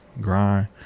grind